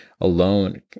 alone